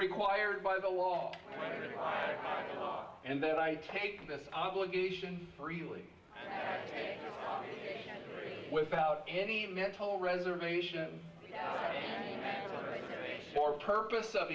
required by the law and that i take this obligation freely without any mental reservation or purpose of